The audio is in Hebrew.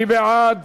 מי בעד?